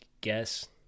Guess